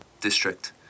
District